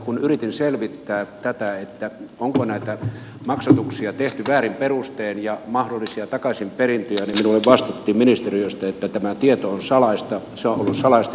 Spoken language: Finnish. kun yritin selvittää tätä onko näitä maksatuksia tehty väärin perustein ja mahdollisia takaisinperintöjä niin minulle vastattiin ministeriöstä että tämä tieto on salaista